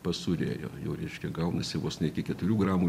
pasūrėjo jau reiškia gaunasi vos ne iki keturių gramų